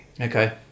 Okay